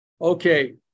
Okay